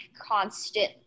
constant